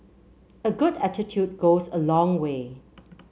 a good attitude goes a long way